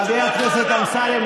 חבר הכנסת אמסלם,